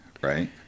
right